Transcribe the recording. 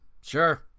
Sure